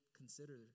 consider